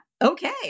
okay